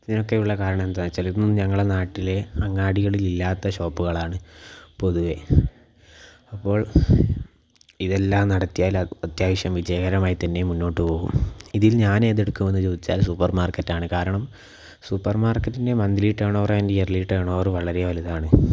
ഇതിനൊക്കെയുള്ള കാരണം എന്താന്നുവെച്ചാൽ ഇതൊന്നും ഞങ്ങളെ നാട്ടിലെ അങ്ങാടികളില് ഇല്ലാത്ത ഷോപ്പുകളാണ് പൊതുവെ അപ്പോൾ ഇതെല്ലാം നടത്തിയാൽ അത്യാവശ്യം വിജയകരമായിത്തന്നെ മുന്നോട്ട് പോവും ഇതിൽ ഞാനേതെടുക്കും എന്നു ചോദിച്ചാൽ സൂപ്പർ മാർക്കറ്റാണ് കാരണം സൂപ്പർ മാർക്കറ്റിൻ്റെ monthly turnover and yearly turnover വളരെ വലുതാണ്